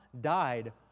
died